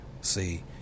See